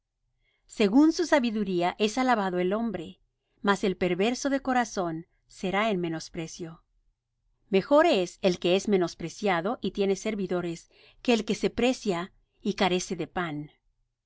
según su sabiduría es alabado el hombre mas el perverso de corazón será en menosprecio mejor es el que es menospreciado y tiene servidores que el que se precia y carece de pan